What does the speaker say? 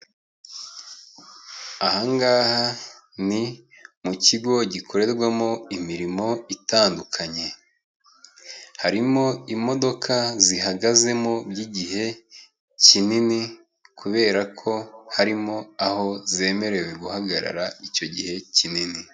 Ahangaha ni mu kigo gikorerwamo imirimo itandukanye. Harimo imodoka zihagazemo by'igihe kinini, kubera ko harimo aho zemerewe guhagarara icyo gihe kinini.